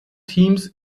teams